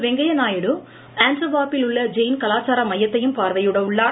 வெங்கய்ய நாயுடு ஆன்ட்வர்ப்பில் உள்ள ஜெயின் கலாச்சார மையத்தையும் பார்வையிட உள்ளார்